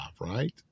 right